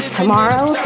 tomorrow